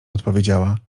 odpowiedziała